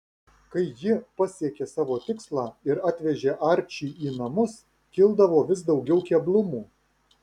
kai ji pasiekė savo tikslą ir atvežė arčį į namus kildavo vis daugiau keblumų